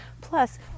Plus